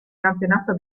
campionato